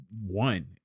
one